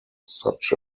such